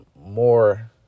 more